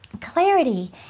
clarity